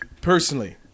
personally